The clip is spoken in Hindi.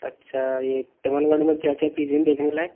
अच्छा ये तमनगढ़ में क्या क्या चीज़ें है देखने लायक